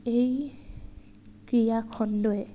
এই ক্ৰীড়াখণ্ডই